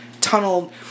tunneled